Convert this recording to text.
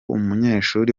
umunyeshuri